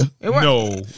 No